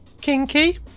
kinky